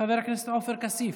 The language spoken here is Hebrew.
חבר הכנסת עופר כסיף.